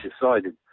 decided